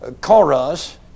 chorus